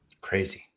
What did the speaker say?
Crazy